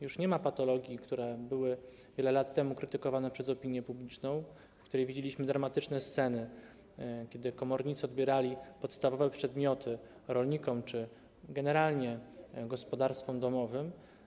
Już nie ma patologii, które były wiele lat temu krytykowane przez opinię publiczną, gdy widzieliśmy dramatyczne sceny, kiedy komornicy odbierali podstawowe przedmioty rolnikom czy generalnie gospodarstwom domowym.